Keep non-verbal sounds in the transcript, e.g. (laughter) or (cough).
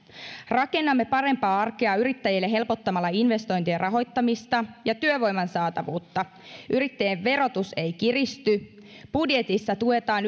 rakennamme parempaa arkea yrittäjille helpottamalla investointien rahoittamista ja työvoiman saatavuutta yrittäjien verotus ei kiristy budjetissa tuetaan (unintelligible)